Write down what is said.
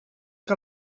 que